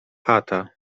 chata